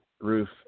roof